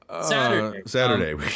Saturday